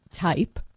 type